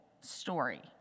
story